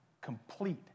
complete